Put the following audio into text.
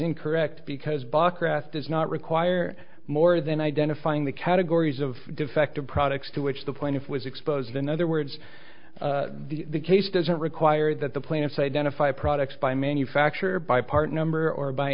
incorrect because bach grass does not require more than identifying the categories of defective products to which the point if was exposed in other words the case doesn't require that the plaintiffs identify products by manufacture by part number or by